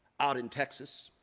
out in texas,